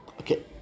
Okay